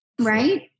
right